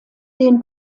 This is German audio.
den